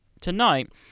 Tonight